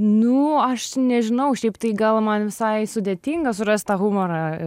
nu aš nežinau šiaip tai gal man visai sudėtinga surast tą humorą